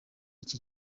iki